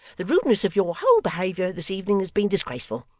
the rudeness of your whole behaviour this evening has been disgraceful.